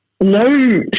no